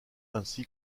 ainsi